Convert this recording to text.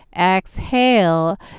Exhale